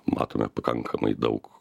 matome pakankamai daug